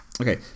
Okay